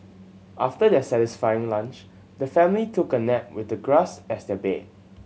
after their satisfying lunch the family took a nap with the grass as their bed